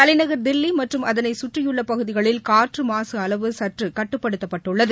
தலைநகர் தில்லி மற்றும் அதனை கற்றியுள்ள பகுதிகளில் காற்று மாசு அளவு சற்று கட்டுப்படுத்தப் பட்டுள்ளது